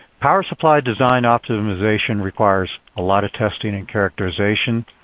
power supply design optimization requires a lot of testing and characterization.